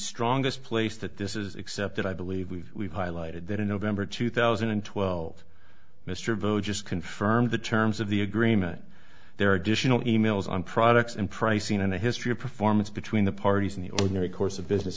strongest place that this is accepted i believe we've highlighted that in november two thousand and twelve mr vo just confirmed the terms of the agreement there are additional e mails on products and pricing and a history of performance between the parties in the ordinary course of business